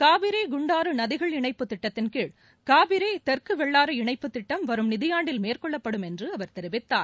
காவிரி குண்டாறு நதிகள் இணைப்பு திட்டத்தின்கீழ் காவிரி தெற்கு வெள்ளாறு இணைப்பு திட்டம் வரும் நிதி ஆண்டில் மேற்கொள்ளப்படும் என்று அவர் தெரிவித்தார்